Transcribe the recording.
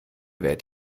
werd